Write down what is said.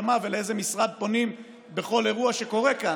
מה ולאיזה משרד פונים בכל אירוע שקורה כאן.